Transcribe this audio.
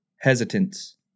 hesitance